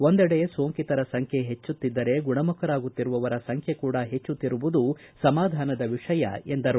ಒಂದೆಡೆ ಸೋಂಕಿತರ ಸಂಖ್ಯೆ ಹೆಚ್ಚುತ್ತಿದ್ದರೆ ಗುಣಮುಖರಾಗುತ್ತಿರುವವರ ಸಂಖ್ಯೆ ಕೂಡ ಹೆಚ್ಚುತ್ತಿರುವುದು ಸಮಾಧಾನದ ವಿಷಯ ಎಂದರು